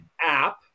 app